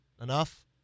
enough